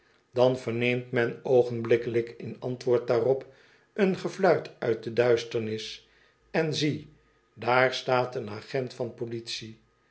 dan verneemt men oogenblikkelijk in antwoord daarop een gefluit uit de duisternis en zie daar staat een agent van politie